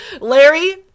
Larry